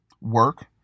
work